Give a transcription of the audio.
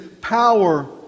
power